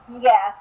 yes